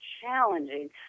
challenging